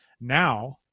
now